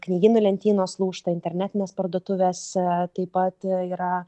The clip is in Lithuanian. knygynų lentynos lūžta internetinės parduotuvėse taip pat yra